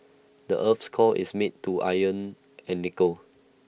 the Earth's core is made to iron and nickel